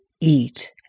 eat